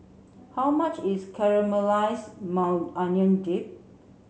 how much is Caramelized Maui Onion Dip